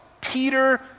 Peter